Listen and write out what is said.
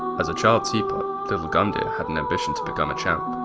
as a child teapot, little gundyr had an ambition to become a champ.